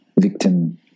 victim